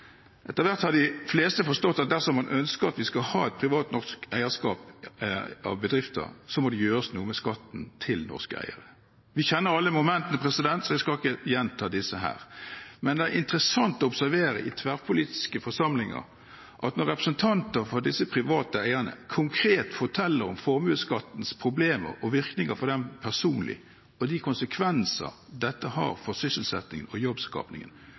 Etter hvert har de fleste forstått at dersom man ønsker at vi skal ha et privat norsk eierskap av bedrifter, må det gjøres noe med skatten til norske eiere. Vi kjenner alle momentene, så jeg skal ikke gjenta disse her, men det er interessant å observere i tverrpolitiske forsamlinger at når representanter for disse private eierne konkret forteller om formuesskattens problemer og virkninger for dem personlig, og de konsekvensene dette har for sysselsettingen og